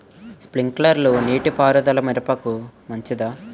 Sprinkler నీటిపారుదల మిరపకు మంచిదా?